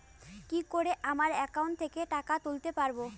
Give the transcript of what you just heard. কি করে আমার একাউন্ট থেকে টাকা তুলতে পারব?